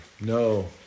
No